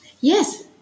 yes